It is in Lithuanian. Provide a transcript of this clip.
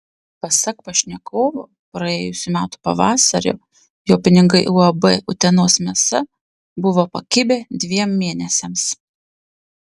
pasak pašnekovo praėjusių metų pavasarį jo pinigai uab utenos mėsa buvo pakibę dviem mėnesiams